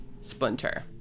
Splinter